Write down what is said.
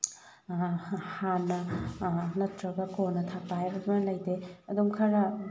ꯍꯥꯟꯅ ꯅꯠꯇ꯭ꯔꯒ ꯀꯣꯟꯅ ꯊꯥꯛꯄ ꯍꯥꯏꯕ ꯑꯃ ꯂꯩꯇꯦ ꯑꯗꯨꯝ ꯈꯔ